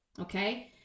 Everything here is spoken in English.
Okay